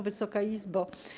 Wysoka Izbo!